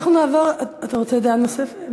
אנחנו נעבור, אתה רוצה עמדה נוספת?